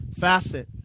facet